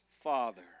father